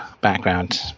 background